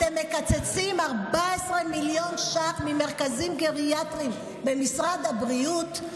אתם מקצצים 14 מיליון ש"ח ממרכזים גריאטריים במשרד הבריאות,